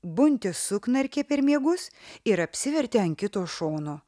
buntė suknarkė per miegus ir apsivertė ant kito šono